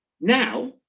Now